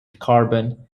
carbon